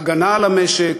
הגנה על המשק,